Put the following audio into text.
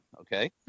okay